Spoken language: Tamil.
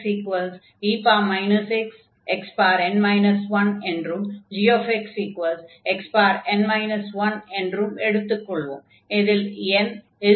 fxe xxn 1 என்றும் gxxn 1 என்றும் எடுத்துக் கொள்வோம்